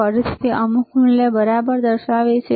ફરીથી તે અમુક મૂલ્ય બરાબર દર્શાવે છે